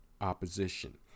opposition